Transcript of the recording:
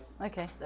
okay